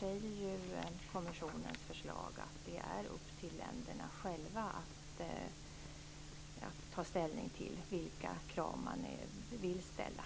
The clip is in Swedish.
säger kommissionen i sitt förslag att det är upp till länderna själva att avgöra vilka krav de vill ställa.